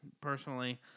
personally